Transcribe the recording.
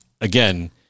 again